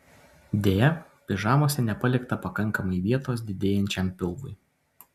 deja pižamose nepalikta pakankamai vietos didėjančiam pilvui